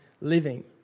living